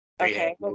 Okay